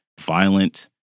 violent